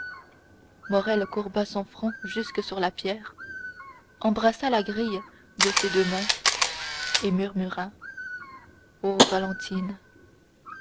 morrel courba son front jusque sur la pierre embrassa la grille de ses deux mains et murmura ô valentine